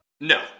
No